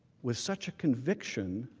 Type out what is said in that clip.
with such a conviction,